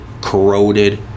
corroded